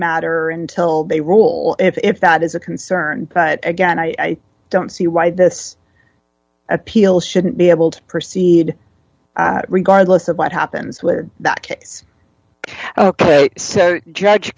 matter until they rule if that is a concern but again i don't see why this appeal shouldn't be able to proceed regardless of what happens where that case ok so judge